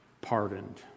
pardoned